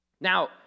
Now